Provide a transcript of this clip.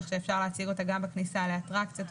כך שאפשר להציג אותה גם בכניסה לאטרקציות,